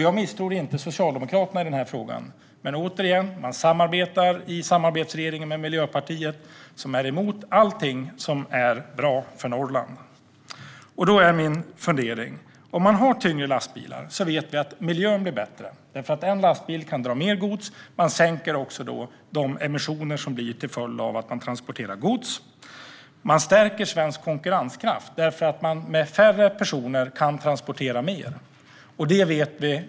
Jag misstror inte Socialdemokraterna i den här frågan, men man samarbetar i samarbetsregeringen med Miljöpartiet, som är emot allting som är bra för Norrland. Då är min fundering: Om man har tyngre lastbilar vet vi att miljön blir bättre, eftersom en lastbil kan dra mer gods. Man sänker då också de emissioner som uppstår till följd av att man transporterar gods. Man stärker svensk konkurrenskraft, eftersom man kan transportera mer med färre personer. Det vet vi.